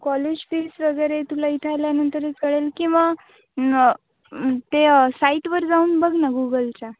college fees वगैरे तुला इथे आल्यानंतरच कळेल किंवा ते साईटवर जाऊन बघ ना गुगलच्या